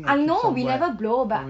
I know we never blow but